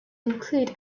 include